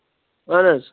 اَہن حظ